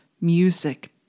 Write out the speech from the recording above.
music